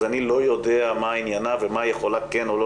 אז אני לא יודע מה עניינה ומה היא יכולה כן או לא